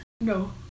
No